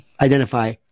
identify